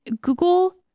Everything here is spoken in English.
Google